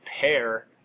pair